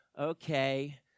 Okay